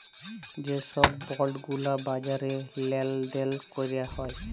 যে ছব বল্ড গুলা বাজারে লেল দেল ক্যরা হ্যয়